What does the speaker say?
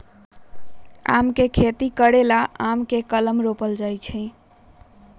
आम के खेती करे लेल आम के कलम रोपल जाइ छइ